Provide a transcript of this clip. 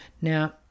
Now